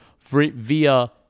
via